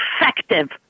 effective